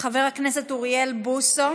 אוריאל בוסו,